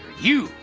you.